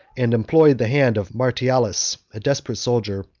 and employed the hand of martialis, a desperate soldier,